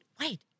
wait